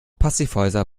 passivhäuser